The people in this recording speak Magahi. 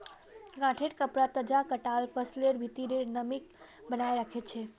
गांठेंर कपडा तजा कटाल फसलेर भित्रीर नमीक बनयें रखे छै